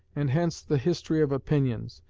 and hence the history of opinions,